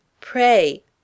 Pray